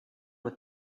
with